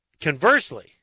conversely